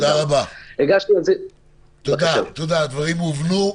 תודה, הדברים הובנו.